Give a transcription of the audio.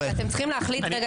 אתם צריכים להחליט רגע,